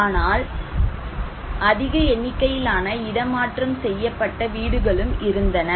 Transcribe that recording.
ஆனால் அதிக எண்ணிக்கையிலான இடமாற்றம் செய்யப்பட்ட வீடுகளும் இருந்தன